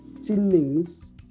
ceilings